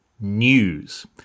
news